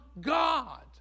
God